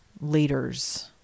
leaders